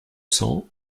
cents